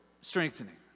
strengthening